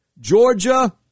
Georgia